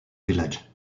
village